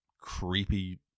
creepy